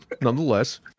nonetheless